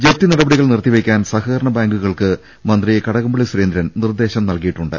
ജപ്തി നടപടികൾ നിർത്തിവെക്കാൻ സഹകരണ ബാങ്കുൾക്ക് മന്ത്രി കടകംപള്ളി സുരേന്ദ്രൻ നിർദേശം നൽകിയിട്ടുണ്ട്